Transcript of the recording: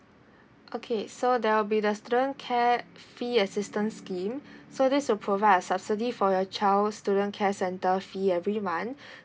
okay so there'll be the student care fee assistance scheme so this will provide a subsidy for your child student care center fee every month